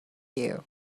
you